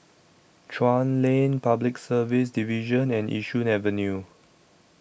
Chuan Lane Public Service Division and Yishun Avenue